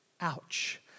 Ouch